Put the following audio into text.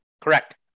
Correct